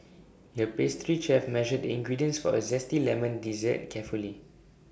the pastry chef measured the ingredients for A Zesty Lemon Dessert carefully